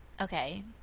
okay